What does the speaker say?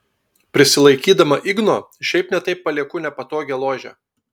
prisilaikydama igno šiaip ne taip palieku nepatogią ložę